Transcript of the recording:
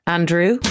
Andrew